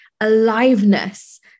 aliveness